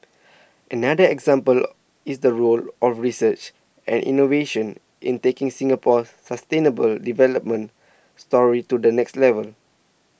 another example is the role of research and innovation in taking Singapore's sustainable development story to the next level